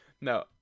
no